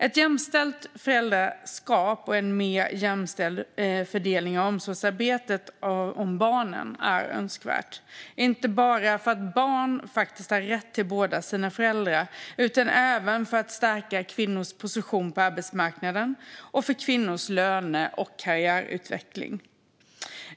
Ett jämställt föräldraskap och en mer jämställd fördelning av omsorgsarbetet om barnen är önskvärt, inte bara för att barn har rätt till båda sina föräldrar utan även för att stärka kvinnors position på arbetsmarknaden och för kvinnors löne och karriärutveckling.